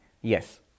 yes